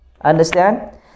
Understand